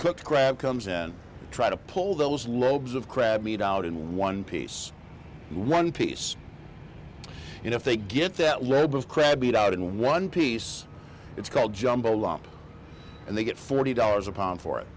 could grab comes and try to pull those lobes of crab meat out in one piece one piece you know if they get that level of crab meat out in one piece it's called jumbo lump and they get forty dollars a pound for it